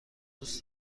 دوست